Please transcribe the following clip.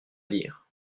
lire